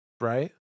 Right